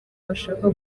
bashaka